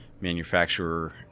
manufacturer